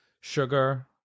sugar